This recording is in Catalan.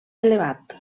elevat